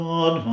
God